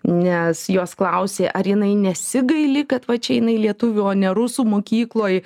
nes jos klausė ar jinai nesigaili kad vat čia jinai lietuvių o ne rusų mokykloj